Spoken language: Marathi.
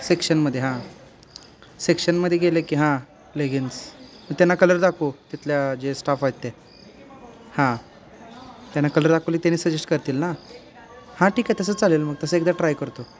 सेक्शनमध्ये हां सेक्शनमध्ये गेलं की हां लेगिन्स मग त्यांना कलर दाखवू तिथल्या जे स्टाफ आहेत ते हां त्यांना कलर दाखवले त्यानी सजेस्ट करतील ना हां ठीक आहे तसं चालेल मग तसं एकदा ट्राय करतो